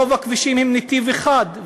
רוב הכבישים הם נתיב אחד,